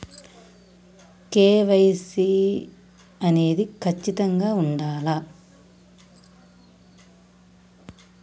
KYC అనేది ఖచ్చితంగా ఉండాలా?